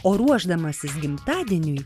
o ruošdamasis gimtadieniui